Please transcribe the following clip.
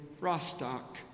Rostock